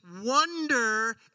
wonder